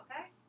okay